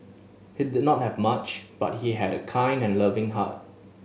he did not have much but he had a kind and loving heart